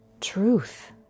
truth